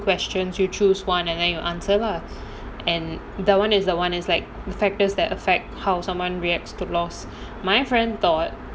questions you choose one and then you answer lah and that [one] is the [one] is like the factors that affect how someone reacts to loss my friend thought